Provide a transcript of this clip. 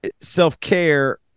self-care